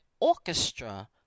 orchestra